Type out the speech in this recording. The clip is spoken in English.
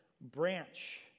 branch